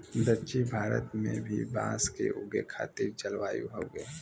दक्षिण भारत में भी बांस के उगे खातिर जलवायु हउवे